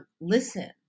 listen